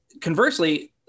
conversely